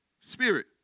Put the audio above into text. spirit